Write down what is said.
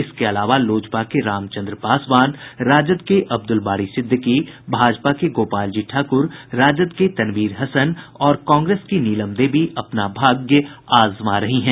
इसके अलावा लोजपा के रामचन्द्र पासवान राजद के अब्दुल बारी सिद्दीकी भाजपा के गोपाल जी ठाकुर राजद के तनवीर हसन और कांग्रेस की नीलम देवी अपना भाग्य आजमा रही हैं